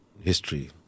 history